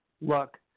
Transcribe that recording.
look